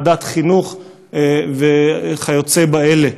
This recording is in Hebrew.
ועדת חינוך וכיוצא באלה.